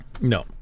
no